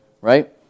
right